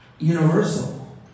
Universal